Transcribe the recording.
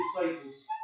disciples